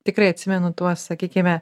tikrai atsimenu tuos sakykime